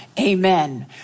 amen